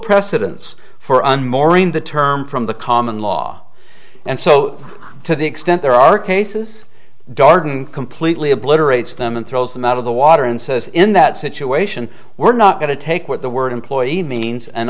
precedence for unmooring the term from the common law and so to the extent there are cases darden completely obliterates them and throws them out of the water and says in that situation we're not going to take what the word employee means and